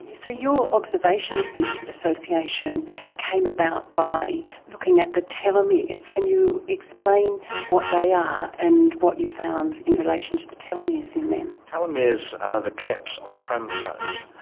so your observation of this association came about by looking at the telomeres. can you explain what they are and what you found in relation to the telomeres in men? telomeres are the caps on chromosomes,